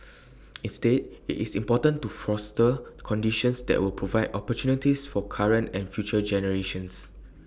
instead IT is important to foster conditions that will provide opportunities for current and future generations